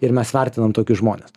ir mes vertinam tokius žmones